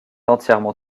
entièrement